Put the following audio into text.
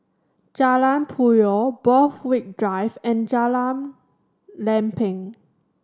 Jalan Puyoh Borthwick Drive and Jalan Lempeng